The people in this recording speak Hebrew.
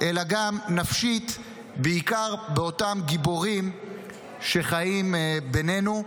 אלא גם נפשית, בעיקר באותם גיבורים שחיים בינינו.